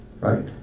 right